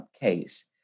case